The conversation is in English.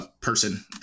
person